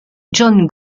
john